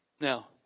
Now